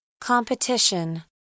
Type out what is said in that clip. Competition